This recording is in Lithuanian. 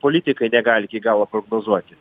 politikai negali iki galo prognozuoti